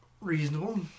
Reasonable